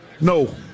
no